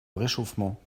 réchauffement